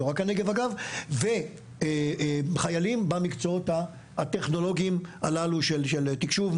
לא רק הנגב וחיילים במקצועות הטכנולוגיים הללו של תקשוב,